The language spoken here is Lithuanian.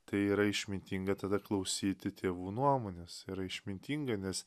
tai yra išmintinga tada klausyti tėvų nuomonės yra išmintinga nes